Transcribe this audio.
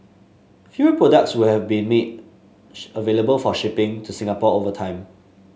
fewer products will have been made available for shipping to Singapore over time